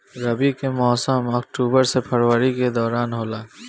रबी के मौसम अक्टूबर से फरवरी के दौरान होला